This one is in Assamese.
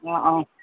অঁ অঁ